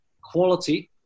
quality